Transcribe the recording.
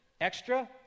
extra